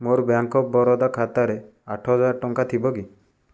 ମୋର bank of Baroda ଖାତାରେ ଆଠହଜାର ଟଙ୍କା ଥିବ କି